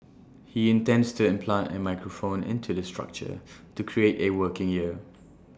he intends to implant A microphone into the structure to create A working ear